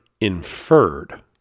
inferred